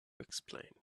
explain